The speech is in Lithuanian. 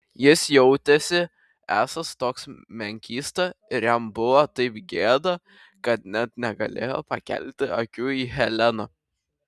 jis jautėsi esąs toks menkysta ir jam buvo taip gėda kad net negalėjo pakelti akių į heleną